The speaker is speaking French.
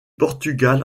portugal